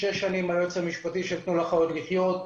אני שש שנים היועץ המשפטי של תנו לחיות לחיות.